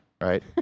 right